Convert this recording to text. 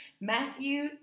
Matthew